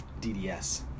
DDS